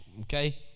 okay